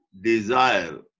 desire